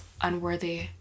unworthy